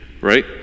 Right